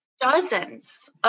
dozens